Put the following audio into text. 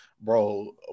bro